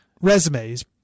resumes